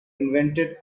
invented